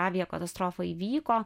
aviakatastrofa įvyko